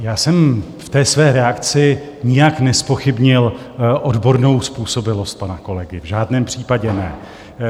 Já jsem v té své reakci nijak nezpochybnil odbornou způsobilost pana kolegy, v žádném případě ne.